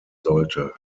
sollte